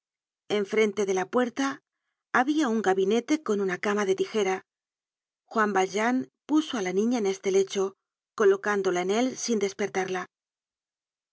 en frente de la puerta habia un gabinete con una cama de tijera juan valjean puso á la niña en este lecho colocándola en él sin despertarla